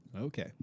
okay